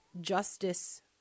justice